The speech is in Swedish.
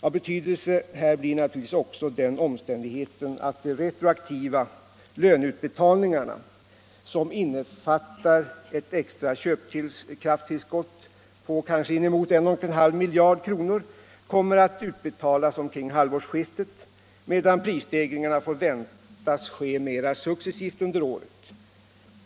Av betydelse här blir naturligtvis också den omständigheten att de retroaktiva löneutbetalningarna, som innefattar ett extra köpkraftstillskott om kanske inemot 1,5 miljarder kronor, kommer att utbetalas omkring halvårsskiftet medan prisstegringarna får väntas ske mera successivt under året.